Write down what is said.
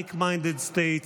like-minded states,